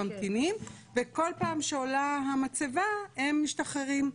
הם ממתינים וכל כשעולה המצבה, הם משתחררים.